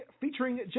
featuring